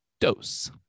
dose